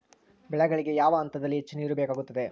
ಬೆಳೆಗಳಿಗೆ ಯಾವ ಹಂತದಲ್ಲಿ ಹೆಚ್ಚು ನೇರು ಬೇಕಾಗುತ್ತದೆ?